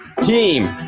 Team